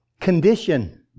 condition